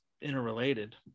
interrelated